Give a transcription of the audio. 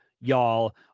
Y'all